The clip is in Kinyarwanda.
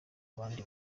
abandi